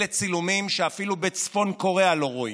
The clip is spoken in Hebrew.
אלה צילומים שאפילו בצפון קוריאה לא רואים.